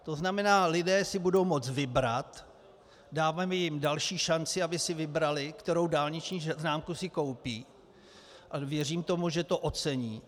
To znamená, lidé si budou moct vybrat, dáme jim další šanci, aby si vybrali, kterou dálniční známku si koupí, a věřím tomu, že to ocení.